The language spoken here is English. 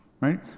Right